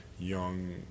young